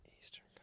Eastern